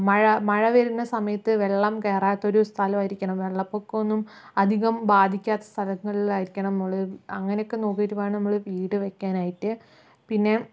മഴ മഴ വരുന്ന സമയത്ത് വെള്ളം കയറാത്തൊരു സ്ഥലമായിരിക്കണം വെള്ളപ്പൊക്കം ഒന്നും അധികം ബാധിക്കാത്ത സ്ഥലങ്ങളിലായിരിക്കണം നമ്മള് അങ്ങനെയൊക്കെ നോക്കിയിട്ട് വേണം നമ്മള് വീട് വയ്ക്കാനായിട്ട് പിന്നെ